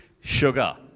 sugar